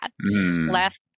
Last